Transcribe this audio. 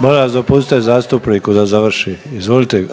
Molim vas dopustite zastupniku da završi, izvolite./…